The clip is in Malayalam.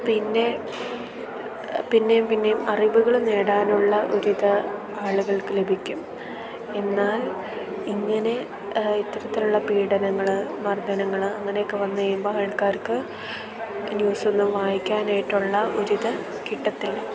പിന്നെ പിന്നെയും പിന്നെയും അറിവുകൾ നേടാനുള്ള ഒരു ഇത് ആളുകൾക്ക് ലഭിക്കും എന്നാൽ ഇങ്ങനെ ഇത്തരത്തിലുള്ള പീഡനങ്ങൾ മർദനങ്ങൾ അങ്ങനെയൊക്ക വന്നു കഴിയുമ്പോൾ ആൾക്കാർക്ക് ന്യൂസൊന്നും വായിക്കാനായിട്ടുള്ള ഒരു ഇത് കിട്ടത്തില്ല